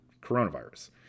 coronavirus